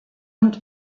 und